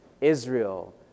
Israel